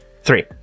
three